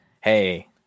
hey